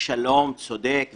שלום צודק וכולל.